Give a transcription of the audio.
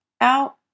out